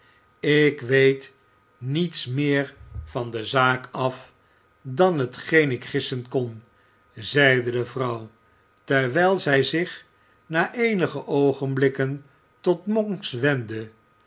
ik weet niets meer van de zaak af dan hetgeen ik gissen kon zeide de vrouw terwijl zij zich na eenige oogenblikken tot